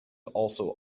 also